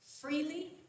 freely